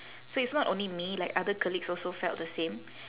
so it's not only me like other colleagues also felt the same